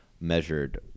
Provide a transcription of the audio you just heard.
measured